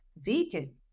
vegan